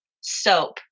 soap